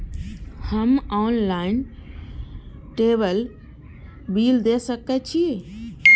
हम ऑनलाईनटेबल बील दे सके छी?